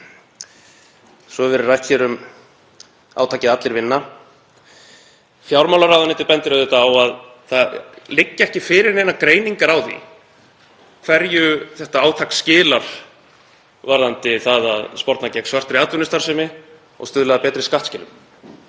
Svo er rætt hér um átakið Allir vinna. Fjármálaráðuneytið bendir á að ekki liggja fyrir neinar greiningar á því hverju það átak skilar varðandi það að sporna gegn svartri atvinnustarfsemi og stuðla að betri skattskilum.